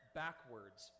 backwards